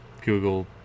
Google